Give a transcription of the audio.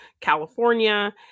California